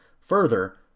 Further